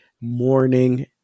morning